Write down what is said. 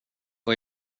får